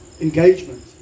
engagement